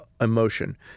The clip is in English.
emotion